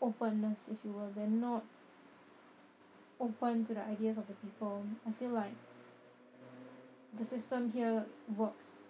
openness if you will they are not open to the ideas of the people I feel like the system here works